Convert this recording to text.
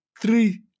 three